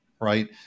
Right